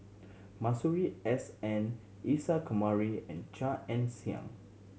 Masuri S N Isa Kamari and Chia Ann Siang